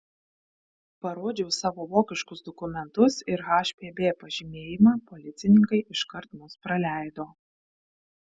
parodžiau savo vokiškus dokumentus ir hpb pažymėjimą policininkai iškart mus praleido